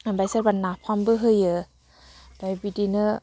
ओमफाय सोरबा नाफामबो होयो ओमफाय बिदिनो